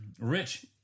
rich